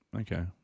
Okay